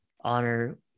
honor